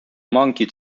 monkey